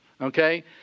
Okay